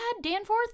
Danforth